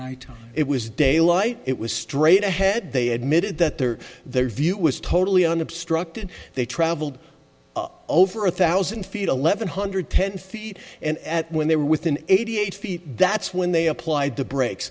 night it was daylight it was straight ahead they admitted that they were there view it was totally unobstructed they traveled over a thousand feet eleven hundred ten feet and at when they were within eighty eight feet that's when they applied the brak